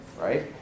right